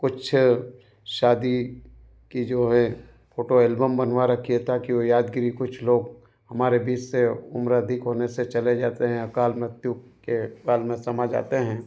कुछ शादी की जो है फोटो एल्बम बनवा रखी है ताकि वो यादगिरी कुछ लोग हमारे बीच से उम्र अधिक होने से चले जाते हैं अकाल मृत्यु के काल में समा जाते हैं